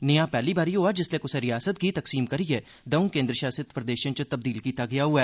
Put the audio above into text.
नेया पैहली बारी होआ जिसलै कुसा रिआसत गी तकसीम करियै दौं केन्द्र शासित प्रदेशें च तब्दील कीता गेआ होऐ